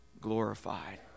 glorified